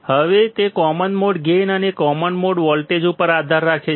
હવે તે common mode gain અને કોમન મોડ વોલ્ટેજ ઉપર આધાર રાખે છે